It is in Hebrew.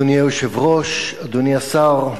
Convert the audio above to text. אדוני היושב-ראש, אדוני השר,